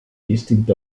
distinct